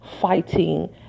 fighting